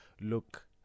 look